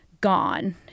gone